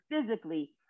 physically